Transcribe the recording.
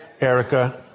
Erica